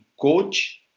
coach